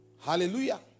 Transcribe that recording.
Hallelujah